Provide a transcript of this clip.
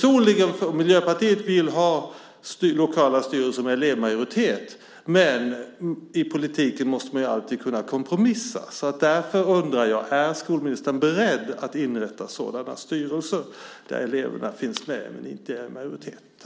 Miljöpartiet vill ha lokala styrelser med elevmajoritet, men i politiken måste man alltid kunna kompromissa. Därför undrar jag: Är skolministern beredd att inrätta styrelser där eleverna finns med men inte är i majoritet?